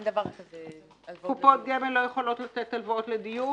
אין דבר כזה הלוואות --- קופות גמל לא יכולות לתת הלוואה לדיור?